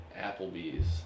Applebee's